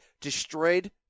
destroyed